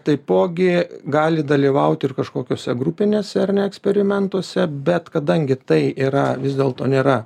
taipogi gali dalyvauti ir kažkokiose grupinėse ar ne eksperimentuose bet kadangi tai yra vis dėlto nėra